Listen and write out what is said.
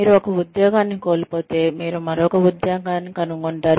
మీరు ఒక ఉద్యోగాన్ని కోల్పోతే మీరు మరొక ఉద్యోగాన్ని కనుగొంటారు